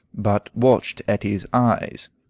but watched etty's eyes.